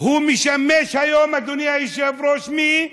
משמש היום, אדוני היושב-ראש, מי?